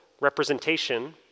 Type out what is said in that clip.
representation